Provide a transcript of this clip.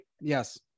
Yes